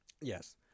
Yes